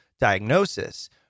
diagnosis